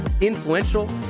influential